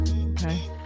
Okay